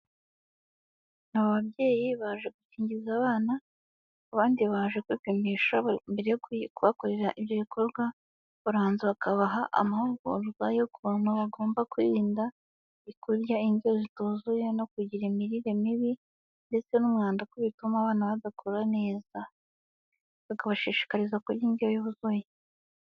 Aba babyeyi baje gukingiza abana, abandi baje kwipimisha mbere yo kubakorera ibyo bikorwa barabanza bakabaha amahugurwa y'ukuntu bagomba kwirindarya kurya indyo zituzuye no kugira imirire mibi ndetse n'umwanda kuko bituma abana badakura neza, bakabashishikariza kurya indyo yuzuye.